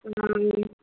हूँ